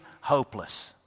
hopeless